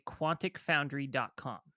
QuanticFoundry.com